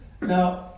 Now